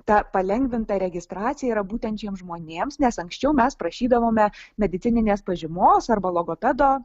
ta palengvinta registracija yra būtent šiems žmonėms nes anksčiau mes prašydavome medicininės pažymos arba logopedo